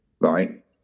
right